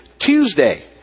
Tuesday